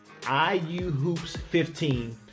IUHOOPS15